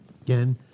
again